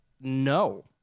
no